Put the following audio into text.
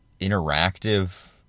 interactive